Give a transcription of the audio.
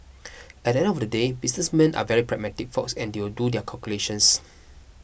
at the end of the day businessmen are very pragmatic folks and they'll do their calculations